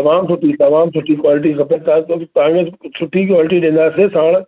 तमामु सुठी तमामु सुठी कॉलिटी खपे तव्हांखे छो की सुठी कॉलिटी ॾींदासीं साणु